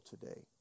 today